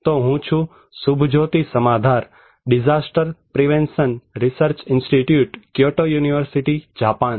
તો હું છું સુભજોતી સમાધાર DPRI થી Disaster Prevention Research Institute Kyoto University Japan